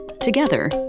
Together